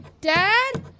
Dad